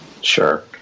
Sure